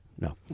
No